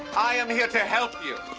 i am here to help you.